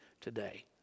today